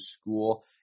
school